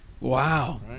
Wow